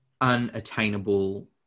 Unattainable